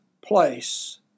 place